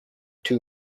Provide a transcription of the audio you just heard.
two